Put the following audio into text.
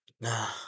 Nah